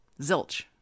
zilch